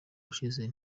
ushize